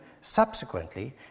subsequently